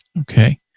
Okay